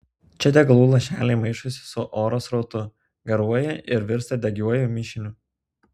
čia degalų lašeliai maišosi su oro srautu garuoja ir virsta degiuoju mišiniu